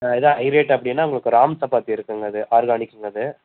இதே ஹைரேட் அப்படின்னா உங்களுக்கு ராம் சப்பாத்தி இருக்குங்க அது ஆர்கானிக்குங்க அது